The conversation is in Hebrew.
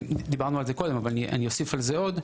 דברנו על זה קודם אבל אני אוסיף על זה עוד.